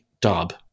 dub